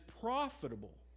profitable